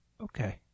Okay